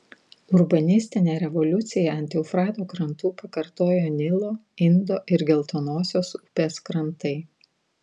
urbanistinę revoliuciją ant eufrato krantų pakartojo nilo indo ir geltonosios upės krantai